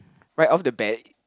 right off the bat